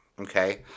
okay